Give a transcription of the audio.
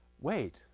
wait